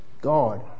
God